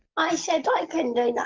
i said, i can do that.